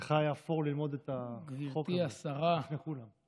לך היה פור ללמוד את החוק הזה לפני כולם.